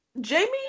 Jamie